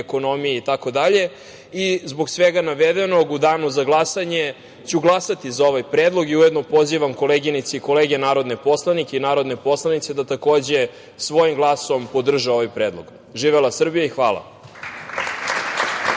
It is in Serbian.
ekonomije itd. i zbog svega navedenog, u danu za glasanje ću glasati za ovaj predlog. Ujedno pozivam koleginice i kolege, narodne poslanike i narodne poslanice da takođe, svojim glasom podrže ovaj predlog. Živela Srbija. Hvala.